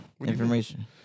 information